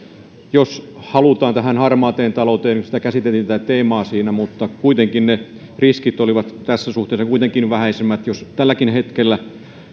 jos halutaan puuttua harmaaseen talouteen tätä teemaa käsiteltiin siinä kuitenkin ne riskit ovat tässä suhteessa vähäisemmät jos tälläkin hetkellä